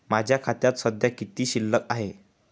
माझ्या खात्यात सध्या किती शिल्लक आहे?